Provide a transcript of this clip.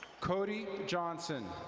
cody johnson.